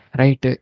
right